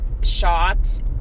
shot